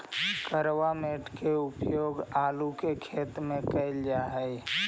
carbamate के प्रयोग आलू के खेत में कैल जा हई